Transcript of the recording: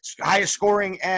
highest-scoring